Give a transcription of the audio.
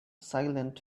silent